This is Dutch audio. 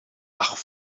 acht